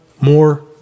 more